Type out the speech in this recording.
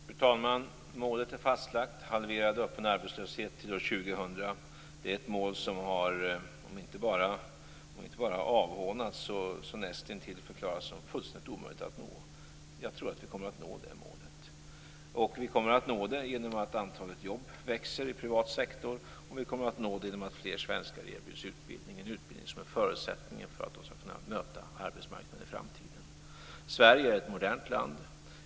Fru talman! Målet är fastlagt: halverad öppen arbetslöshet till år 2000. Det är ett mål som inte bara har hånats utan som näst intill har förklarats som fullständigt omöjligt att uppnå. Jag tror att vi kommer att nå det målet. Och det kommer vi att göra genom att antalet jobb växer i privat sektor och genom att fler svenskar erbjuds utbildning, en utbildning som är förutsättningen för att de skall kunna möta arbetsmarknaden i framtiden. Sverige är ett modernt land.